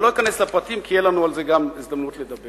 אני לא אכנס לפרטים כי יהיה לנו גם על זה הזדמנות לדבר.